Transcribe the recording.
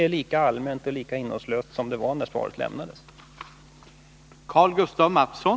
Vad industriministern nu sagt är lika allmänt och innehållslöst som det lämnade svaret.